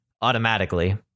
automatically